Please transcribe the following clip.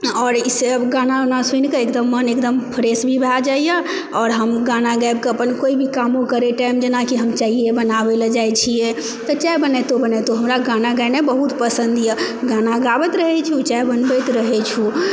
आओर ई सब गाना वाना सुनि कऽ मन एकदम फ्रेश भी भए जाइए आओर हम गाबि कऽ अपन कोइ भी कामो करए टाइम जेनाकि हम चाइए बनाबए ला जाइ छिऐ तऽचाय बनबितो बनबितो हमरा गाना गेनाइ बहुत पसन्द यऽ गाना गाबैत रहै छी ओ चाय बनबैत रहए छी